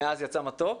מעז יצא מתוק.